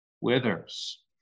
withers